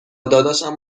داداشم